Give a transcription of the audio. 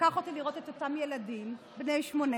שלקח אותי לראות את אותם ילדים בני 18,